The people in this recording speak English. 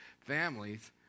families